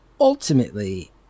ultimately